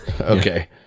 Okay